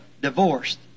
divorced